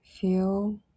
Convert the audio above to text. Feel